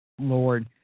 Lord